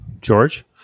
George